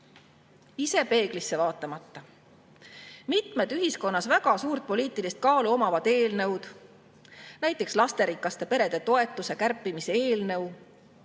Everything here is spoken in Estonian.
ise peeglisse vaatamata. Mitmed ühiskonnas väga suurt poliitilist kaalu omavad eelnõud, näiteks lasterikaste perede toetuse kärpimise eelnõu